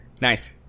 nice